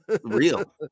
real